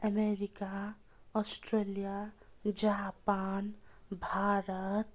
America Australia Japan Bharat